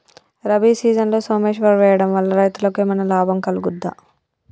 రబీ సీజన్లో సోమేశ్వర్ వేయడం వల్ల రైతులకు ఏమైనా లాభం కలుగుద్ద?